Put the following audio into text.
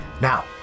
Now